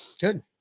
Good